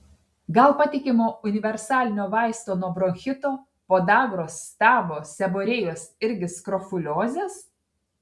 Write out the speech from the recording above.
gal patikimo universalinio vaisto nuo bronchito podagros stabo seborėjos irgi skrofuliozės